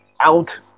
Out